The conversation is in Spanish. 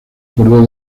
acordó